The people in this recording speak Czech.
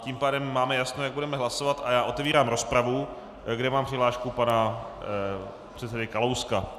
Tím pádem máme jasno, jak budeme hlasovat, a já otevírám rozpravu, kde mám přihlášku pana předsedy Kalouska.